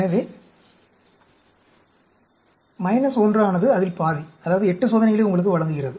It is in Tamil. எனவே 1 ஆனது அதில் 12 அதாவது 8 சோதனைகளை உங்களுக்கு வழங்குகிறது